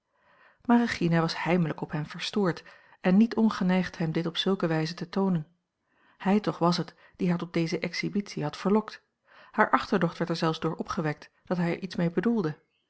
maar regina was heimelijk op hem verstoord en niet ongeneigd hem dit op zulke wijze te toonen hij toch was het die haar tot deze exhibitie had verlokt haar achterdocht werd er zelfs door opgewekt dat hij er iets mee bedoelde